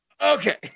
okay